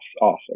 Awesome